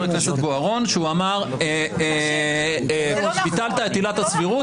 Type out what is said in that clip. הכנסת בוארון שאמר: ביטלת את עילת הסבירות,